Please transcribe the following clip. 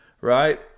right